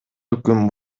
өкүм